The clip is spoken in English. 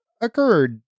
occurred